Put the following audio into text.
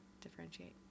differentiate